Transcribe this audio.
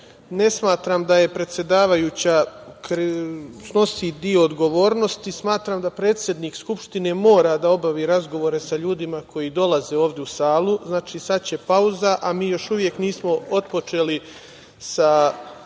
Ne smatram da je predsedavajuća, snosi deo odgovornosti. Smatram da predsednik Skupštine mora da obavi razgovore sa ljudima koji dolaze ovde u salu. Znači, sad će pauza, a mi još uvek nismo otpočeli sa